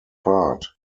part